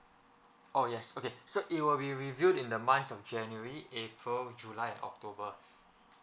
oh yes okay so it will be reviewed in the month of january april july and october